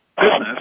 business